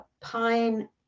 pine